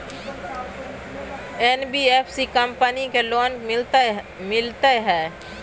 NBFC company की loan मिलते है?